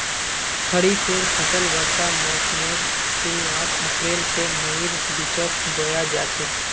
खरिफेर फसल वर्षा मोसमेर शुरुआत अप्रैल से मईर बिचोत बोया जाछे